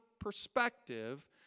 perspective